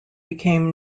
became